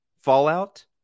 fallout